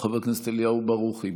חבר הכנסת אליהו ברוכי,